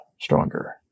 stronger